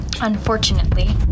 Unfortunately